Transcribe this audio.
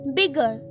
bigger